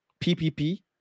PPP